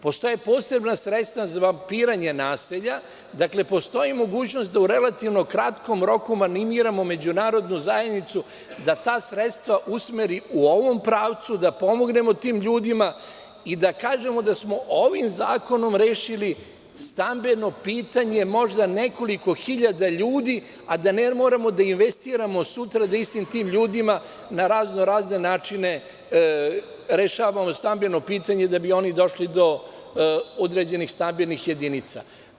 Postoje posebna sredstva za naselja, dakle, postoji mogućnost da u relativno kratkom roku manimiramo međunarodnu zajednicu, da ta sredstva usmeri u ovom pravcu, da pomognemo tim ljudima i da kažemo da smo ovim zakonom rešili stambeno pitanje možda nekoliko hiljada ljudi, a da ne moramo da investiramo sutra da istim tim ljudima na raznorazne načine rešavamo stambeno pitanje, da bi oni došli do određenih stambenih jedinica.